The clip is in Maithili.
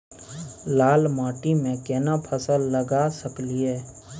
लाल माटी में केना फसल लगा सकलिए?